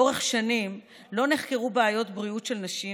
לאורך שנים לא נחקרו בעיות בריאות של נשים,